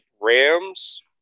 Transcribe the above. Rams